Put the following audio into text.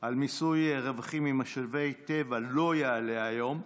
על מיסוי רווחים ממשאבי טבע, לא יעלה היום.